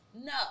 no